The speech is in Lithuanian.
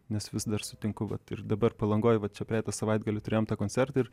nes vis dar sutinku vat ir dabar palangoj vat čia praeitą savaitgalį turėjom tą koncertą ir